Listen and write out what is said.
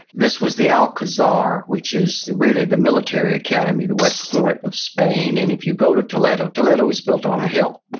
this was the alcazar, which is really the military academy, the west point of spain. and if you go to toledo, toledo is built on a hill,